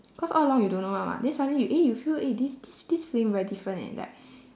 cause all along you don't know [one] [what] then suddenly you eh you feel eh this this this feeling very different eh like